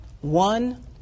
one